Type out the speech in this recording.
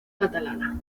catalana